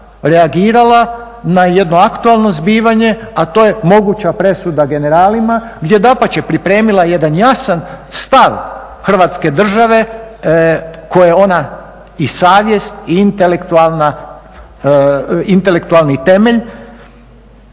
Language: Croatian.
reagirala na jedno aktualno zbivanje, a to je moguća presuda generalima gdje je dapače pripremila jedan jasan stav Hrvatske države koje je i savjest, i intelektualni temelj